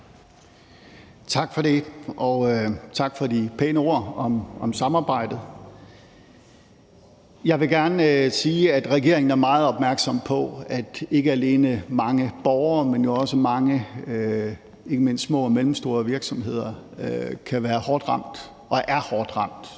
Tak for det. Og tak for de pæne ord om samarbejdet. Jeg vil gerne sige, at regeringen er meget opmærksom på, at ikke alene mange borgere, men også mange små og mellemstore virksomheder kan være hårdt ramt og er hårdt ramt